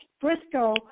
Briscoe